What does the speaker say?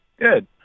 Good